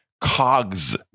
cogs